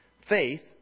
Faith